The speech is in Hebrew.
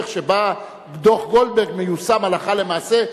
שבה דוח-גולדברג מיושם הלכה למעשה,